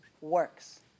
works